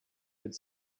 could